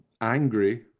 angry